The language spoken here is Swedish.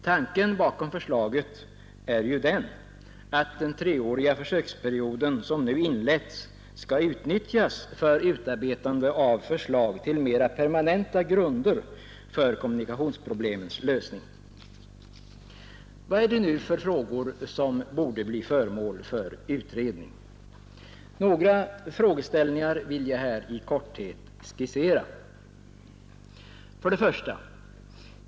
Tanken bakom förslaget är ju att den treåriga försöksperiod, som nu inletts, skall utnyttjas för utarbetande av förslag till mera permanenta grunder för kommunikationsproblemens lösning. Vilka frågor är det nu som bör bli föremål för utredning? Några frågeställningar vill jag här i korthet skissera. 1.